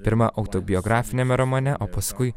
pirma autobiografiniame romane o paskui